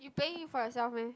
you paying for yourself meh